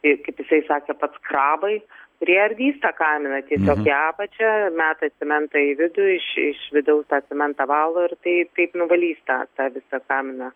kaip jisai sakė pats krabai kurie ardys tą kaminą tiesiog į apačią metasi mentai į vidų iš iš vidaus tą cementą valo ir tai taip nuvalys tą tą visą kaminą